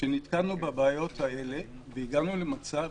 שנתקלנו בבעיות האלה, והגענו למצב